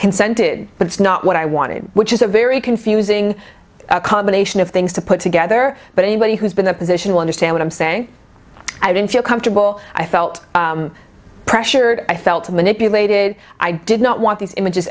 consented but it's not what i wanted which is a very confusing combination of things to put together but anybody who's been a position will understand what i'm saying i don't feel comfortable i felt pressured i felt manipulated i did not want these images